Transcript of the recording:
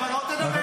לא, לא,